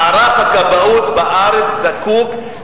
מערך הכבאות בארץ זקוק,